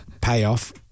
payoff